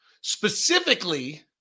Specifically